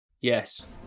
yes